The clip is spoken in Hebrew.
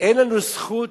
אין לנו זכות